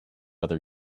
other